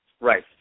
Right